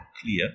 clear